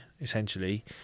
essentially